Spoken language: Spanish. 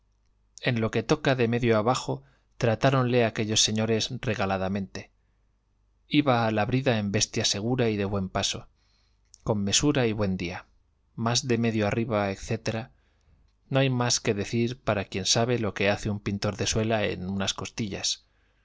en lo que toca de medio abajo tratáronle aquellos señores regaladamente iba a la brida en bestia segura y de buen paso con mesura y buen día mas de medio arriba etcétera que no hay más que decir para quien sabe lo que hace un pintor de suela en unas costillas